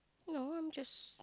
your one just